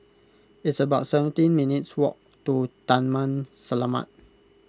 it's about seventeen minutes' walk to Taman Selamat